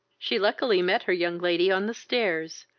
she luckily met her young lady on the stairs,